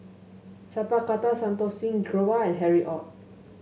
Sat Pal Khattar Santokh Singh Grewal and Harry Ord